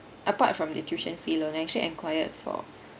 apart from the tuition fee loan I actually enquired for